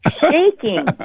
shaking